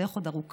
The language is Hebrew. הדרך עוד ארוכה.